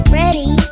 ready